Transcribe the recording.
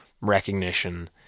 recognition